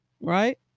Right